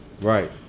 Right